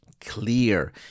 clear